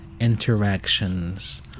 interactions